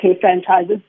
franchises